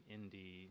indie